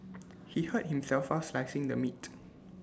he hurt himself fast slicing the meat